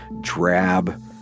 drab